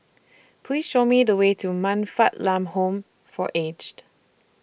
Please Show Me The Way to Man Fatt Lam Home For Aged